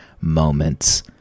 moments